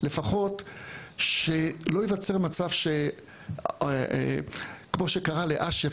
לפחות לא ייווצר מצב כמו שקרה לאשר,